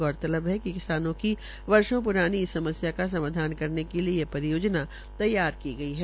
गौरतलब है कि किसानों की वर्षों प्रानी इस समस्या का समाधान करने के लिए यह परियोजना तैयार की गई है